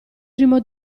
primo